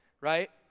right